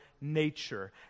nature